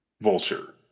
Vulture